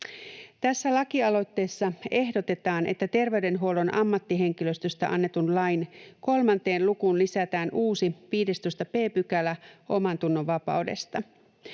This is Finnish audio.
Tässä lakialoitteessa ehdotetaan, että terveydenhuollon ammattihenkilöstöstä annetun lain 3 lukuun lisätään uusi 15 b § omantunnon vapaudesta.